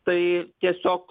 tai tiesiog